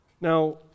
Now